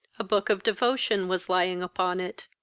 a book of devotion was lying upon it.